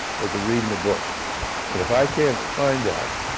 or to read in a book, and if i can't find that,